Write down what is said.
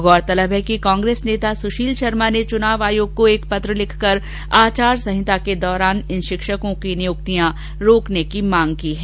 गौरतलब है कि कांग्रेस नेता सुशील शर्मा ने चुनाव आयोग को एक पत्र लिखकर आचारसंहिता के दौरान इन शिक्षकों की नियुक्तियां रोकने की मांग की है